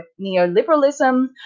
neoliberalism